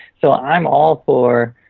so i'm all for